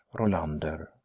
Rolander